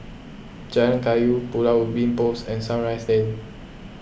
Jalan Kayu Pulau Ubin Police and Sunrise Lane